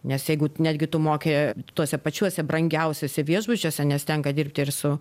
nes jeigu netgi tu moki tuose pačiuose brangiausiuose viešbučiuose nes tenka dirbt ir su